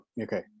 Okay